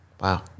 Wow